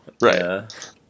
Right